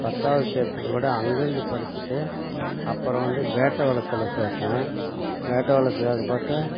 பத்தாவது சேர்த்து விட அங்கேயிருந்து படிச்சுட்டு அப்புறம் வந்து வேட்டவலத்தில் சேர்த்தேன் வேட்டவலத்தில் பார்த்தா